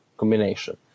Combination